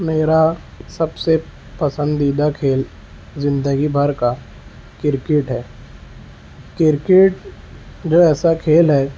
میرا سب سے پسندیدہ کھیل زندگی بھر کا کرکٹ ہے کرکٹ جو ایسا کھیل ہے